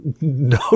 no